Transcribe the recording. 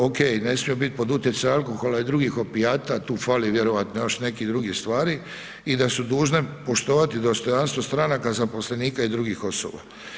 Okej, ne smiju biti pod utjecajem alkohola i drugih opijata, tu fali vjerojatno još nekih drugih stvari i da su dužne poštovati dostojanstvo stranaka, zaposlenika i drugih osoba.